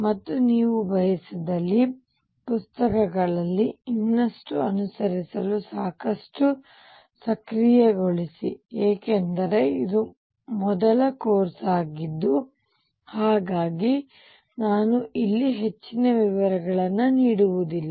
ಮತ್ತು ನೀವು ಬಯಸಿದಲ್ಲಿ ಪುಸ್ತಕಗಳಲ್ಲಿ ಇದನ್ನು ಅನುಸರಿಸಲು ಸಾಕಷ್ಟು ಸಕ್ರಿಯಗೊಳಿಸಿ ಏಕೆಂದರೆ ಇದು ಮೊದಲ ಕೋರ್ಸ್ ಆಗಿದ್ದು ಹಾಗಾಗಿ ನಾನು ಇಲ್ಲಿ ಹೆಚ್ಚಿನ ವಿವರಗಳನ್ನು ನೀಡುವುದಿಲ್ಲ